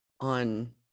on